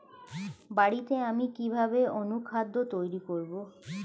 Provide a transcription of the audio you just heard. বাড়িতে আমি কিভাবে অনুখাদ্য তৈরি করব?